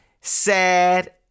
Sad